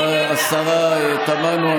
השרה תמנו,